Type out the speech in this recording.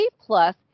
plus